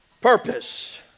purpose